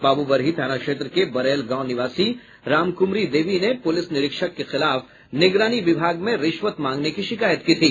बाब्बरही थाना क्षेत्र के बरैल गाँव निवासी रामक्रमरि देवी ने पूलिस निरीक्षक के खिलाफ निगरानी विभाग में रिश्वत मांगने की शिकायत की थी